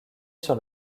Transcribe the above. sur